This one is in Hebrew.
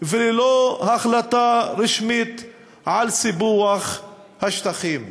וללא החלטה רשמית על סיפוח השטחים.